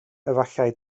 efallai